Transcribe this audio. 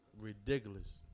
ridiculous